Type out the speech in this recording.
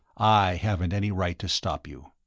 i haven't any right to stop you.